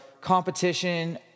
competition